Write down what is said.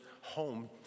home